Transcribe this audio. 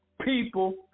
people